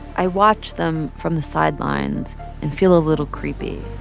i watch them from the sidelines and feel a little creepy,